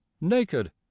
naked